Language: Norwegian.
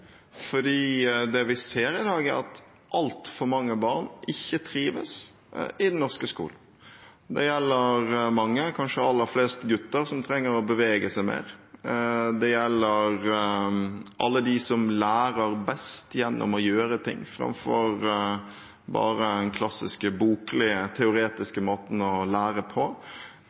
det vi ser i dag, er at altfor mange barn ikke trives i den norske skolen. Det gjelder mange, kanskje aller flest gutter, som trenger å bevege seg mer. Det gjelder alle dem som lærer best gjennom å gjøre ting, framfor bare den klassiske boklige, teoretiske måten å lære på.